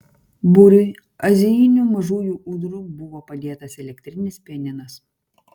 būriui azijinių mažųjų ūdrų buvo padėtas elektrinis pianinas